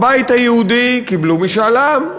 הבית היהודי קיבלו משאל עם,